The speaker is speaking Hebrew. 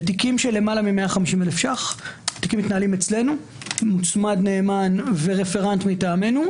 בתיקים של למעלה מ-150,000 ₪- מתנהלים אצלנו מוצמד נאמן ורפרנט מטעמנו,